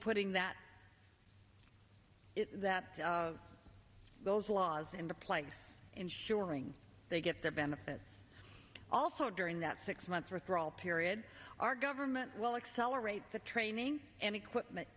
putting that those laws into place ensuring they get their benefits also during that six months or thrall period our government will accelerate the training and equipment